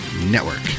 network